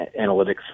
analytics